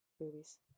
Boobies